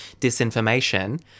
disinformation